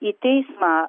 į teismą